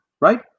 right